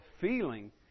feeling